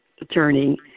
attorney